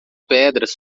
pedras